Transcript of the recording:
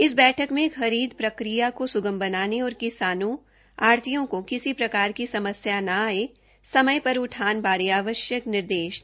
इस बैठक में खरीद प्रक्रिया को सुगम बनाने और किसानों आढ़तियों को किसी प्रकार की समस्या न आए समय पर उठान बारे आवश्यक निर्देश दिए गए